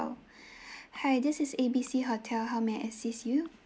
hi this is A B C hotel how may I assist you